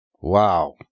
Wow